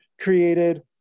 created